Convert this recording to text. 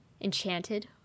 enchanted